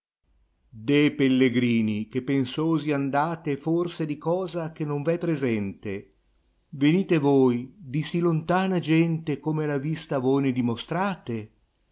pellegrini che pensosi andate forse di cosa che non v è presente venite voi di si lontana gente come alla vista voi ne dimostrate